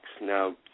Now